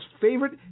favorite